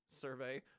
survey